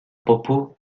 propos